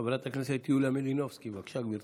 חברת הכנסת יוליה מלינובסקי, בבקשה, גברתי.